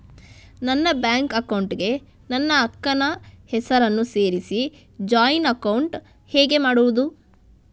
ನನ್ನ bank account ಗೆ ನನ್ನ ಅಕ್ಕ ನ ಹೆಸರನ್ನ ಸೇರಿಸಿ ಜಾಯಿನ್ ಅಕೌಂಟ್ ಹೇಗೆ ಮಾಡುದು?